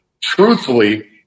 truthfully